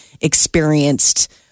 experienced